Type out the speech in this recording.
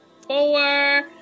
four